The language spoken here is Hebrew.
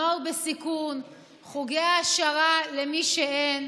נוער בסיכון, חוגי העשרה למי שאין.